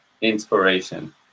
Inspiration